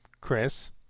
chris